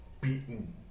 Beaten